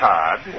Todd